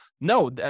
no